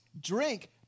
drink